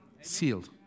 Sealed